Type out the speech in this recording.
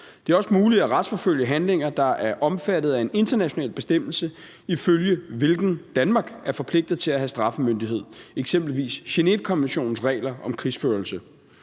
Det er også muligt at retsforfølge handlinger, der er omfattet af en international bestemmelse, ifølge hvilken Danmark er forpligtet til at have straffemyndighed, eksempelvis Genèvekonventionens regler om krigsførelse.